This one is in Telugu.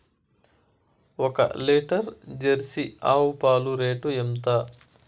ఒక లీటర్ జెర్సీ ఆవు పాలు రేటు ఎంత?